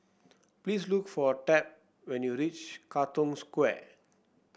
please look for Tab when you reach Katong Square